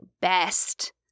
best